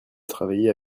travailler